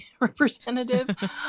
representative